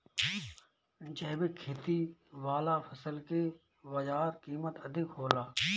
जैविक खेती वाला फसल के बाजार कीमत अधिक होला